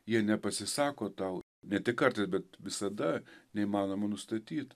jie nepasisako tau ne tik kartais bet visada neįmanoma nustatyt